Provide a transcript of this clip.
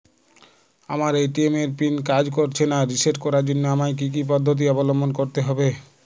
আমার এ.টি.এম এর পিন কাজ করছে না রিসেট করার জন্য আমায় কী কী পদ্ধতি অবলম্বন করতে হবে?